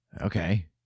Okay